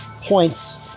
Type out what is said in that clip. points